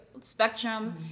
spectrum